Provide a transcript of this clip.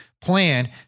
plan